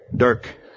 Dirk